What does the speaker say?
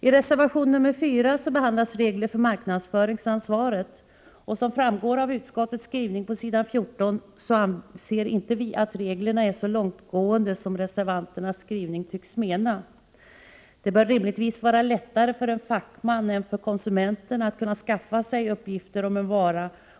I reservation nr 4 behandlas regler för marknadsföringsansvaret. Som framgår av utskottets skrivning på s. 14 anser vi inte att reglerna är så långtgående som reservanterna tycks mena. Det bör rimligtvis vara lättare för en fackman än för konsumenten att kunna skaffa sig uppgifter om en vara.